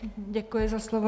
Děkuji za slovo.